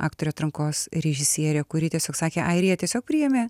aktorių atrankos režisierė kuri tiesiog sakė airija tiesiog priėmė